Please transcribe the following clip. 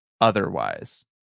otherwise